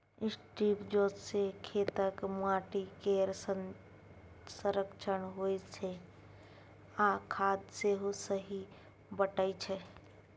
strip जोत सँ खेतक माटि केर संरक्षण होइ छै आ खाद सेहो सही बटाइ छै